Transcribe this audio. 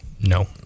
no